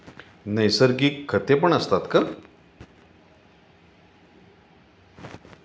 नैसर्गिक खतेपण असतात का?